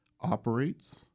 operates